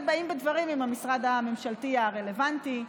באים בדברים עם המשרד הממשלתי הרלוונטי,